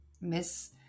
miss